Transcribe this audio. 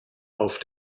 auf